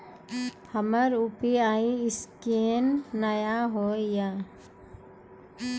हमर यु.पी.आई ईसकेन नेय हो या?